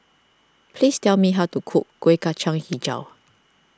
please tell me how to cook Kueh Kacang HiJau